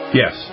yes